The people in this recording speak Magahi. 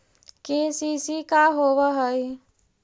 के.सी.सी का होव हइ?